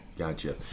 Gotcha